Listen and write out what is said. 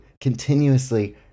continuously